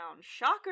Shocker